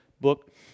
book